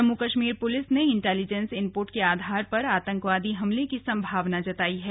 Jammu Kashmir police ने intelligence input के आधार पर आतंकवादी हमले की संभावना जताई है